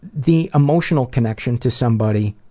the emotional connection to somebody,